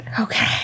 okay